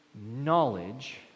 knowledge